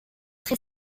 très